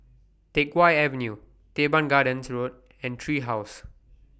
Teck Whye Avenue Teban Gardens Road and Tree House